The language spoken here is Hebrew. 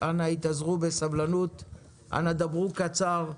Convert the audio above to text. אנא התאזרו בסבלנות ואנא דברו קצר,